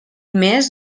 més